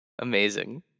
Amazing